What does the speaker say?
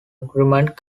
agreement